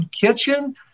kitchen